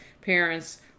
parents